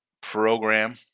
program